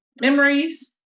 memories